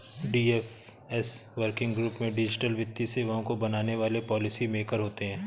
DFS working group में digital वित्तीय सेवाओं को बनाने वाले पॉलिसी मेकर होते हैं